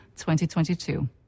2022